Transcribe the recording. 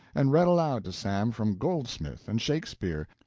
and read aloud to sam from goldsmith and shakespeare.